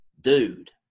dude